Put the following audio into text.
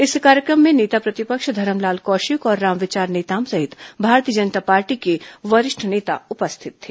इस कार्यक्रम में नेता प्रतिपक्ष धरमलाल कौशिक और रामविचार नेताम सहित भारतीय जनता पार्टी के वरिष्ठ नेता उपस्थित थे